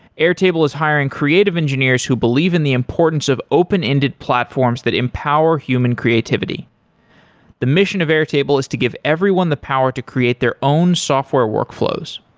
airtable is hiring creative engineers who believe in the importance of open ended platforms that empower human creativity the mission of air table is to give everyone the power to create their own software workflows.